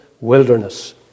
wilderness